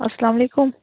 اَسلام علیکُم